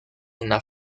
una